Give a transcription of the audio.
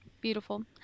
beautiful